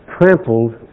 trampled